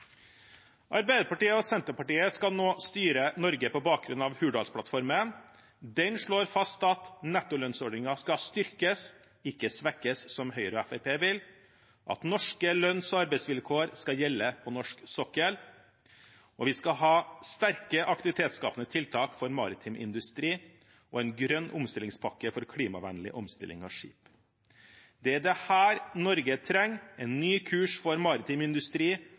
Arbeiderpartiet og Senterpartiet skal nå styre Norge på bakgrunn av Hurdalsplattformen. Den slår fast at nettolønnsordningen skal styrkes, ikke svekkes, som Høyre og Fremskrittspartiet vil, at norske lønns- og arbeidsvilkår skal gjelde på norsk sokkel, og at vi skal ha sterke aktivitetsskapende tiltak for maritim industri og en grønn omstillingspakke for klimavennlig omstilling av skip. Det er dette Norge trenger: en ny kurs for maritim industri